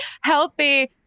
healthy